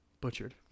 Butchered